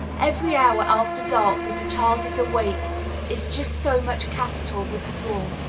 every hour after dark that a child is awake is just so much capital withdrawn.